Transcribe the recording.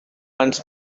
once